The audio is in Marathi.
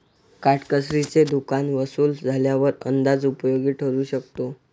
काटकसरीचे दुकान वसूल झाल्यावर अंदाज उपयोगी ठरू शकतो